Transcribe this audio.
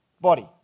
body